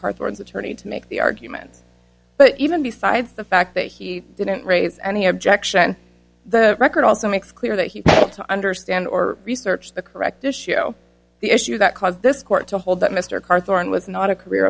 cardboards attorney to make the argument but even besides the fact that he didn't raise any objection the record also makes clear that he ought to understand or research the correct issue the issue that caused this court to hold that mr carter and was not a career